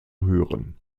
hören